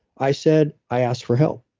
i said, i asked for help.